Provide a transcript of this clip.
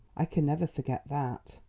i can never forget that.